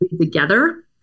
together